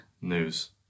News